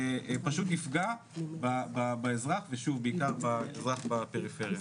יפגע באזרח ובעיקר בפריפריה.